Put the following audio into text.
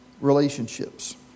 relationships